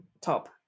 top